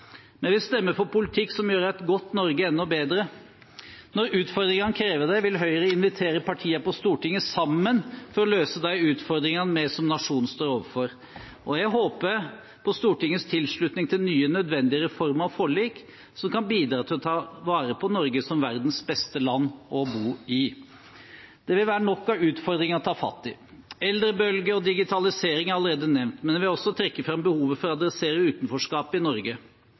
Vi vil stemme for politikk som gjør et godt Norge enda bedre. Når utfordringene krever det, vil Høyre invitere partiene på Stortinget til å komme sammen for å løse de utfordringene vi som nasjon står overfor. Jeg håper på Stortingets tilslutning til nye nødvendige reformer og forlik, som kan bidra til å ta vare på Norge som verdens beste land å bo i. Det vil være nok av utfordringer å ta fatt i. Eldrebølgen og digitaliseringen er allerede nevnt, men jeg vil også trekke fram behovet for å adressere utenforskapet i Norge,